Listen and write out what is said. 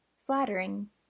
flattering